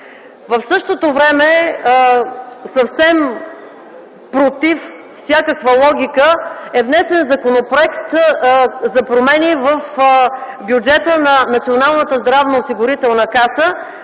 В същото време, съвсем против всякаква логика, е внесен Законопроект за промени в бюджета на Националната здравноосигурителна каса,